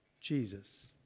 Jesus